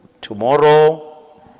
Tomorrow